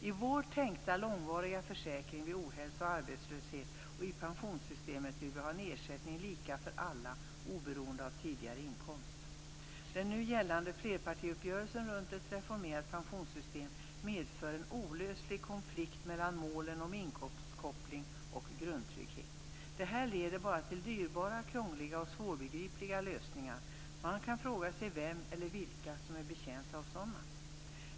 I vår tänkta, långvariga försäkring vid ohälsa och arbetslöshet och i pensionssystemet vill vi ha en ersättning lika för alla, oberoende av tidigare inkomst. Den nu gällande flerpartiuppgörelsen runt ett reformerat pensionssystem medför en olöslig konflikt mellan målen om inkomstkoppling och grundtrygghet. Det här leder bara till dyrbara, krångliga och svårbegripliga lösningar. Man kan fråga sig vem eller vilka som är betjänta av sådana.